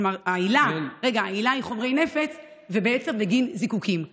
כלומר, העילה היא חומרי נפץ, ובעצם בגין זיקוקים.